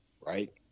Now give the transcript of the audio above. right